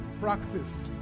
Practice